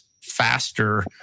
faster